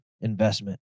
investment